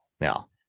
now